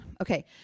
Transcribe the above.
Okay